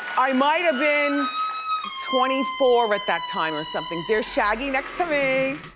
i might've been twenty four at that time or something. there's shaggy next to me.